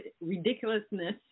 ridiculousness